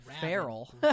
feral